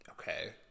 Okay